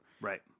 Right